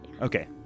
Okay